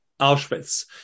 Auschwitz